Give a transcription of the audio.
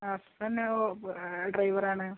husband ഓ പു ഡ്രൈവറാണ്